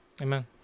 Amen